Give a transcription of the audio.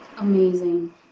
amazing